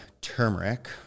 turmeric